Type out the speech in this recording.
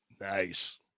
nice